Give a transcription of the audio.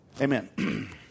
Amen